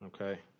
Okay